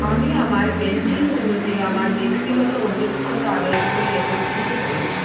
আমি আমার পেন্টিংগুলোতে আমার ব্যক্তিগত অভিজ্ঞতা আবেগগুলি একত্রিত করেছি